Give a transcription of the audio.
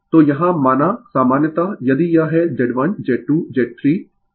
तो यहाँ माना सामान्यतः यदि यह है Z1Z2Z3